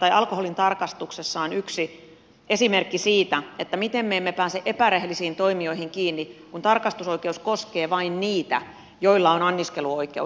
alkoholintarkastus on yksi esimerkki siitä miten me emme pääse epärehellisiin toimijoihin kiinni kun tarkastusoikeus koskee vain niitä joilla on anniskeluoikeus